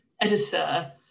editor